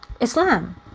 Islam